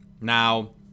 Now